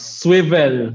swivel